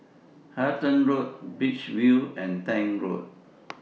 Halton Road Beach View and Tank Road